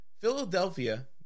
Philadelphia